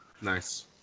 Nice